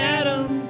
Adam